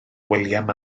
william